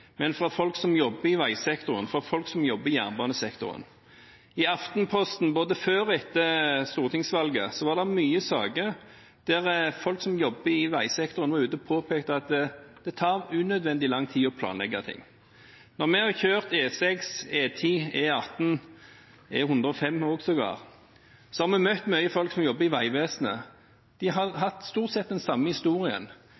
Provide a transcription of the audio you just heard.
men fra folk som jobber i veisektoren, og fra folk som jobber i jernbanesektoren. I Aftenposten – både før og etter stortingsvalget – var det mange nyhetssaker der folk som jobbet i veisektoren, var ute og påpekte at det tar unødvendig lang tid å planlegge ting. Når vi har kjørt E6, E10, E18 og sågar E105, har vi møtt mange folk som jobber i Vegvesenet. De har stort sett hatt den samme historien: